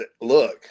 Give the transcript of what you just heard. look